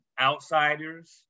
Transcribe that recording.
outsiders